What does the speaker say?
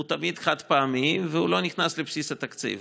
הוא תמיד חד-פעמי והוא לא נכנס לבסיס התקציב,